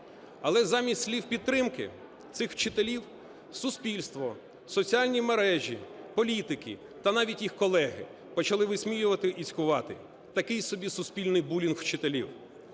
Але замість слів підтримки цих вчителів суспільство, соціальні мережі, політики та навіть їх колеги почали висміювати і цькувати. Такий собі суспільний булінг вчителів.